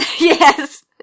Yes